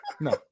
No